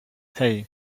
hei